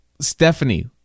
Stephanie